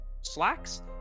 slacks